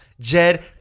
jed